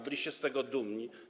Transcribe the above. Byliście z tego dumni.